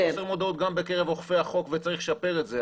חוסר מודעות גם בקרב אוכפי החוק וצריך לשפר את זה,